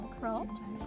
crops